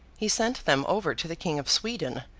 he sent them over to the king of sweden,